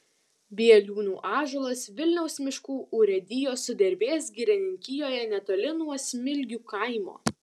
bieliūnų ąžuolas vilniaus miškų urėdijos sudervės girininkijoje netoli nuo smilgių kaimo